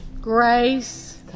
Grace